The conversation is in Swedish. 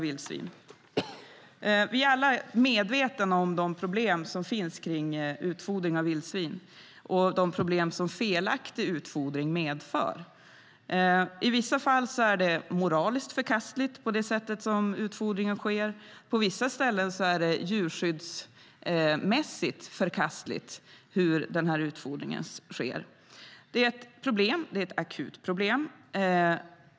Vi är alla medvetna om de problem som finns kring utfodring av vildsvin och de problem som felaktig utfodring medför. I vissa fall är det sätt på vilket utfodringen sker moraliskt förkastligt. På vissa ställen är det djurskyddsmässigt förkastligt. Det är ett problem; det är ett akut problem.